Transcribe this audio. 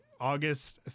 August